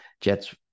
Jets